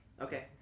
Okay